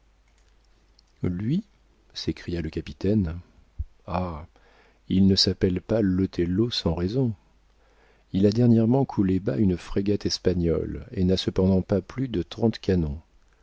lui s'écria le capitaine ah il ne s'appelle pas l'othello sans raison il a dernièrement coulé bas une frégate espagnole et n'a cependant pas plus de trente canons